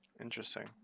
interesting